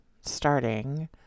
starting